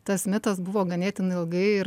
tas mitas buvo ganėtinai ilgai ir